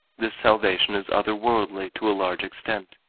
this salvation is other-worldly to a large extent.